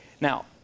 Now